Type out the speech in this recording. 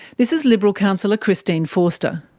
this is liberal councillor christine forster.